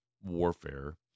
warfare